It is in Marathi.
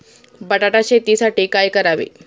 बटाटा शेतीसाठी काय करावे?